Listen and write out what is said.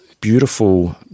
beautiful